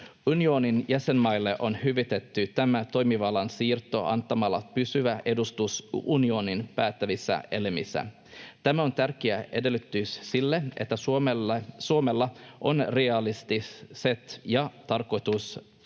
Unionin jäsenmaille on hyvitetty tämä toimivallan siirto antamalla pysyvä edustus unionin päättävissä elimissä. Tämä on tärkeä edellytys sille, että Suomella on realistiset ja